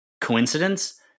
coincidence